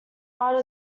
part